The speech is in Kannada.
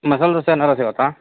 ಮಸಾಲೆ ದೋಸೆ ಏನಾರೂ ಸಿಗುತ್ತಾ